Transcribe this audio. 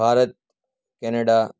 Bharat Canada